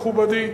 מכובדי.